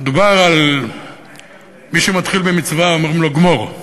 מדובר על מי שמתחיל במצווה, אומרים לו גמור.